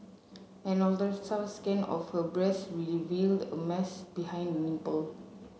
an ultrasound scan of her breast reveal a mass behind nipple